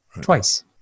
twice